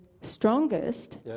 strongest